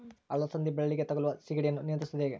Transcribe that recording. ಅಲಸಂದಿ ಬಳ್ಳಿಗೆ ತಗುಲುವ ಸೇಗಡಿ ಯನ್ನು ನಿಯಂತ್ರಿಸುವುದು ಹೇಗೆ?